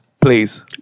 please